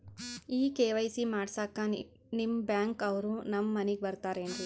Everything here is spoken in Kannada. ಈ ಕೆ.ವೈ.ಸಿ ಮಾಡಸಕ್ಕ ನಿಮ ಬ್ಯಾಂಕ ಅವ್ರು ನಮ್ ಮನಿಗ ಬರತಾರೆನ್ರಿ?